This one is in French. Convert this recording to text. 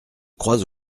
crois